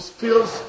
feels